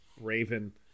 raven